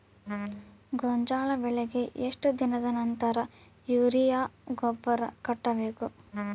ಗೋಂಜಾಳ ಬೆಳೆಗೆ ಎಷ್ಟ್ ದಿನದ ನಂತರ ಯೂರಿಯಾ ಗೊಬ್ಬರ ಕಟ್ಟಬೇಕ?